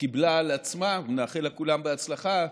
קיבלה על עצמה, ונאחל לה כולם בהצלחה,